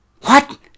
What